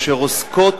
אשר עוסקות